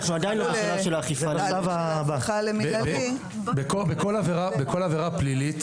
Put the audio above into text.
אבל כשיהפכו למינהלי --- בכל עבירה פלילית,